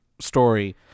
story